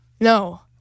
No